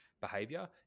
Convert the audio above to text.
behavior